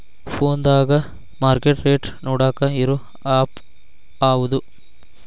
ಫೋನದಾಗ market rate ನೋಡಾಕ್ ಇರು ಆ್ಯಪ್ ಯಾವದು?